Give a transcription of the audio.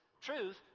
Truth